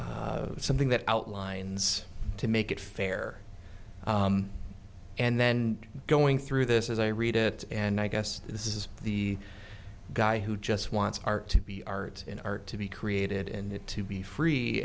something that outlines to make it fair and then going through this as i read it and i guess this is the guy who just wants to be our in our to be created in it to be free